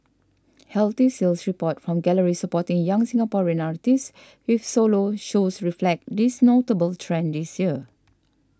healthy sales reports from galleries supporting young Singaporean artists with solo shows reflect this notable trend this year